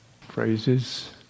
phrases